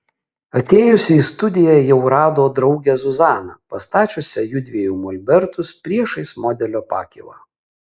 atėjusi į studiją jau rado draugę zuzaną pastačiusią jųdviejų molbertus priešais modelio pakylą